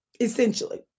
essentially